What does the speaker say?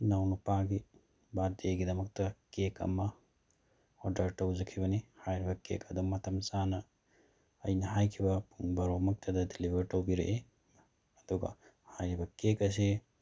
ꯏꯅꯥꯎꯅꯨꯄꯥꯒꯤ ꯕꯥꯔꯗꯦꯒꯤꯗꯃꯛꯇ ꯀꯦꯛ ꯑꯃ ꯑꯣꯗꯔ ꯇꯧꯖꯈꯤꯕꯅꯤ ꯍꯥꯏꯔꯤꯕ ꯀꯦꯛ ꯑꯗꯨ ꯃꯇꯝ ꯆꯥꯅ ꯑꯩꯅ ꯍꯥꯏꯈꯤꯕ ꯄꯨꯡ ꯚꯥꯔꯣꯃꯛꯇꯗ ꯗꯤꯂꯤꯕꯔ ꯇꯧꯕꯤꯔꯛꯏ ꯑꯗꯨꯒ ꯍꯥꯏꯔꯤꯕ ꯀꯦꯛ ꯑꯁꯤ